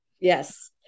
Yes